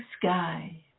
sky